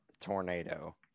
tornado